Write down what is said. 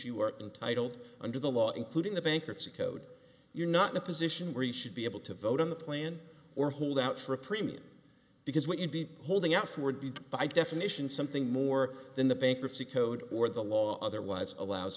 you are entitled under the law including the bankruptcy code you're not in a position where he should be able to vote on the plan or hold out for a premium because when indeed holding out for would be by definition something more than the bankruptcy code or the law otherwise allows